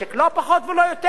לא פחות ולא יותר.